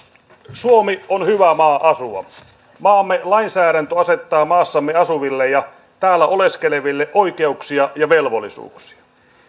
suomi on hyvä maa asua maamme lainsäädäntö asettaa maassamme asuville ja täällä oleskeleville oikeuksia ja velvollisuuksia